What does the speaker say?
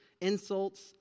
insults